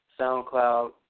SoundCloud